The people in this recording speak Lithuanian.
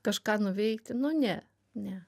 kažką nuveikt nu ne ne